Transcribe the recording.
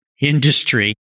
industry